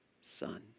son